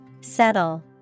Settle